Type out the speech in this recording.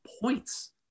points